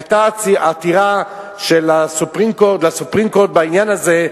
היתה עתירה ל-Supreme Court בעניין הזה,